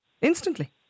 Instantly